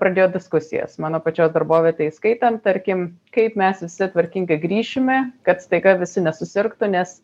pradėjo diskusijas mano pačios darbovietę įskaitant tarkim kaip mes visi tvarkingai grįšime kad staiga visi nesusirgtų nes